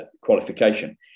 qualification